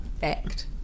Fact